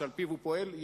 שעל-פיו הוא פועל,